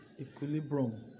equilibrium